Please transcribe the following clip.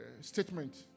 statement